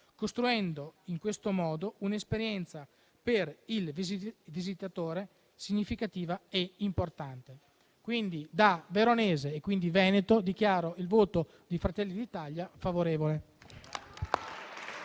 costruendo in questo modo un'esperienza per il visitatore significativa e importante. Quindi, da veronese e da veneto, dichiaro il voto favorevole